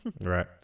right